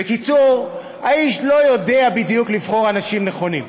בקיצור, האיש לא יודע בדיוק לבחור אנשים נכונים.